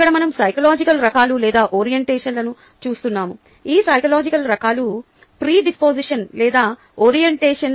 ఇక్కడ మనం సైకలాజికల్ రకాలు లేదా ఓరియంటేషన్లను చూస్తున్నాము ఈ సైకలాజికల్ రకాలు ప్రి దిస్పోసిషన్ లేదా ఓరియంటేషన్